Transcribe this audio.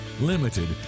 limited